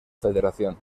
federación